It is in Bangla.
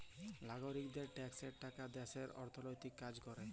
লাগরিকদের ট্যাক্সের টাকা দ্যাশের অথ্থলৈতিক কাজ ক্যরে